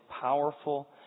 powerful